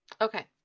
Okay